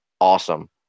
awesome